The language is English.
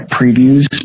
previews